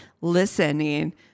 listening